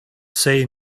say